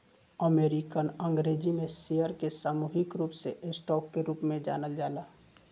American अंग्रेजी में share के सामूहिक रूप से स्टॉक के रूप में जानल जाला